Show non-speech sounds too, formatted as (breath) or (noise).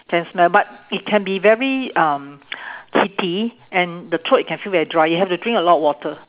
can smell but it can be very um (breath) heaty and the throat you can feel very dry you have to drink a lot of water